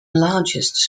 largest